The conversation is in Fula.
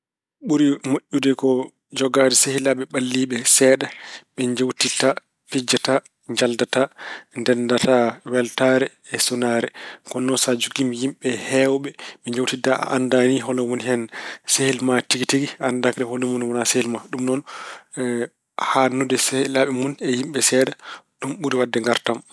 Ɓuri moƴƴude ko jogaade sehilaaɓe ɓalliiɓe seeɗa, ɓe njeewtitta, pijjata, njaldata, ndenndata weltaare e sunaare. Kono noon sa jogiima yimɓe heewɓe, ɓe njeewtitta, a anndataa ni hol oon woni hen sehil ma tigi tigi. A annda kadi hol mo woni wonaa sehil ma. Ɗum noon, haaɗɗunude sehilaaɓe mun e yimɓe seeɗa, ɗum ɓuri waɗde ngaartam.